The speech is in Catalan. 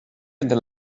entre